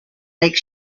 lake